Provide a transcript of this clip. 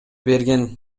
берген